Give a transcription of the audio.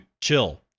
chill